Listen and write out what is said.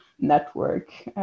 network